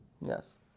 Yes